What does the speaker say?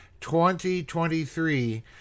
2023